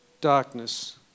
darkness